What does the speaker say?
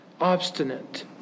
obstinate